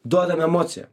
duodam emociją